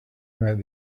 met